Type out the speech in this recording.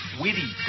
witty